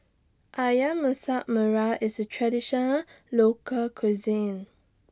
Ayam Masak Merah IS A Traditional Local Cuisine